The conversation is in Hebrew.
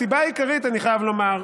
הסיבה העיקרית, אני חייב לומר,